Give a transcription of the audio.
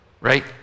right